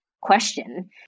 question